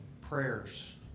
prayers